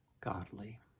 godly